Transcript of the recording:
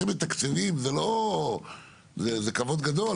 הם מתקצבים זה כבוד גדול,